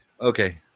Okay